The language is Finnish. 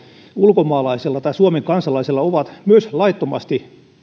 ulkomaalaisella tai suomen kansalaisella on myös laittomasti